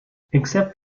except